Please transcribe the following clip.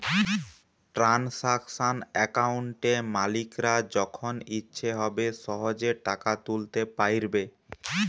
transaction অ্যাকাউন্টে মালিকরা যখন ইচ্ছে হবে সহেজে টাকা তুলতে পাইরবে